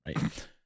right